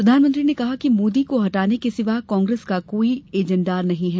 प्रधानमंत्री ने कहा कि मोदी को हटाने के सिवा कांग्रेस का कोई एजेण्डा नही है